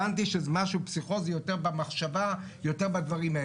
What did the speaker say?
הבנתי שזה משהו פסיכולוגי במחשבה ובדברים האלה.